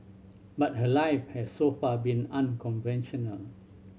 but her life has so far been unconventional